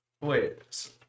Wait